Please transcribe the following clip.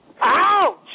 Ouch